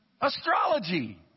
Astrology